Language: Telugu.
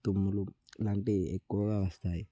తుమ్ములు ఇలాంటివి ఎక్కువగా వస్తాయి